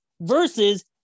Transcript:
versus